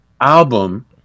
album